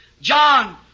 John